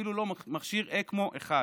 אפילו לא מכשיר אקמו אחד.